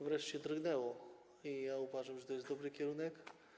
wreszcie drgnęło i ja uważam, że to jest dobry kierunek.